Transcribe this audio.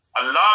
Allah